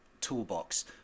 toolbox